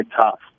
tough